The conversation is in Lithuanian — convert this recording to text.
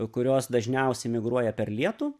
kurios dažniausiai migruoja per lietų